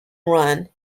run